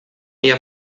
ihr